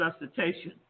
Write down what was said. resuscitation